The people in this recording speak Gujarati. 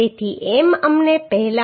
તેથી M અમને પહેલા 10